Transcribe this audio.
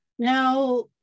Now